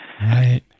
Right